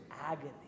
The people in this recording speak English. agony